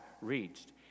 reached